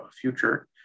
future